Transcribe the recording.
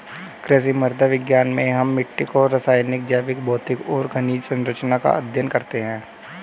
कृषि मृदा विज्ञान में हम मिट्टी की रासायनिक, जैविक, भौतिक और खनिज सरंचना का अध्ययन करते हैं